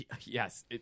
yes